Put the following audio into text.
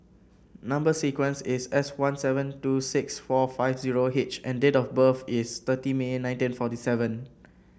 number sequence is S one seven two six four five zero H and date of birth is thirty May nineteen forty seven